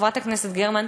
חברת הכנסת גרמן,